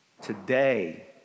Today